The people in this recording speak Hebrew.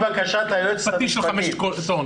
לפי בקשת היועצת המשפטית,